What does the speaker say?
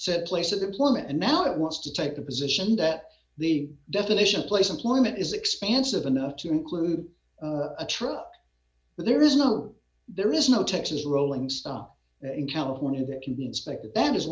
said place of employment and now it wants to take the position that the definition of place employment is expansive enough to include a truck but there is no there is no texas rolling stop in california that can be inspected